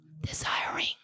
desiring